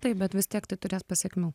taip bet vis tiek tai turės pasekmių